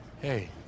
Hey